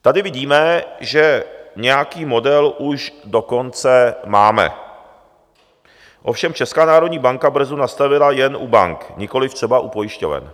Tady vidíme, že nějaký model už dokonce máme, ovšem Česká národní banka brzdu nastavila jen u bank, nikoliv třeba u pojišťoven.